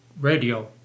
radio